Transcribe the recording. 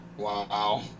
wow